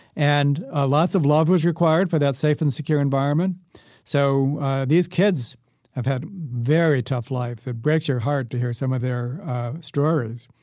and ah lots of love was required for that safe and secure environment so these kids have had a very tough life. so it breaks your heart to hear some of their stories.